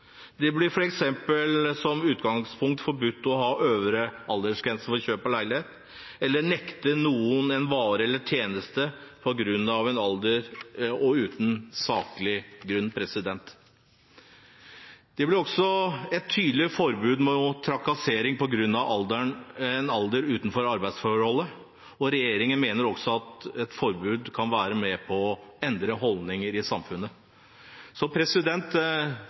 Det blir f.eks. som utgangspunkt forbudt å ha øvre aldersgrense for å kjøpe leilighet eller å nekte noen en vare eller tjeneste på grunn av alder og uten en saklig grunn. Det blir også et tydelig forbud mot trakassering på grunn av alder utenfor arbeidsforhold, og regjeringen mener også at et forbud kan være med på å endre holdninger i samfunnet.